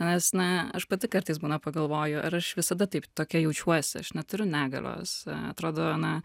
nes na aš pati kartais būna pagalvoju ar aš visada taip tokia jaučiuosi aš neturiu negalios atrodo na